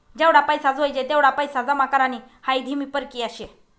जेवढा पैसा जोयजे तेवढा पैसा जमा करानी हाई धीमी परकिया शे